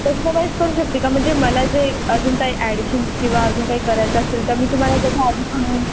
तशावाईज करू शकते का म्हणजे मला जे अजून काही ॲडिशन्स किंवा अजून काही करायचं असेल तर मी तुम्हाला त्याच्या आधी सांगून